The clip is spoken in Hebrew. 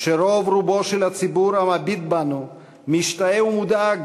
שרוב-רובו של הציבור המביט בנו משתאה ומודאג,